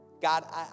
God